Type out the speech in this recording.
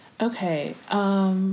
Okay